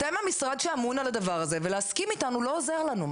אתם המשרד שאמון על הדבר הזה ולהסכים איתנו לא עוזר לנו,